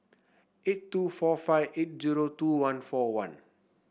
eight two four five eight zero two one four one